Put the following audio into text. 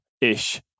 ish